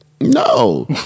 No